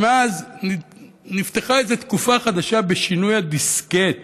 ומאז נפתחה איזו תקופה חדשה בשינוי הדיסקט,